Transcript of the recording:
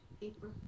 Paper